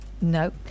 No